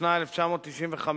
התשנ"ה 1995,